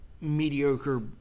mediocre